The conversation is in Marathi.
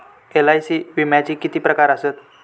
एल.आय.सी विम्याचे किती प्रकार आसत?